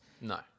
No